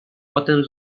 potem